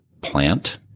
plant